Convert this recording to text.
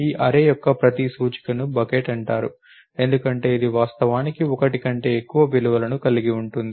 ఈ అర్రే యొక్క ప్రతి సూచికను బకెట్ అంటారు ఎందుకంటే ఇది వాస్తవానికి ఒకటి కంటే ఎక్కువ విలువలను కలిగి ఉంటుంది